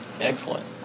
Excellent